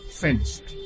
finished